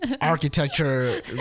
architecture